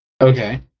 okay